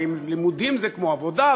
האם לימודים זה כמו עבודה,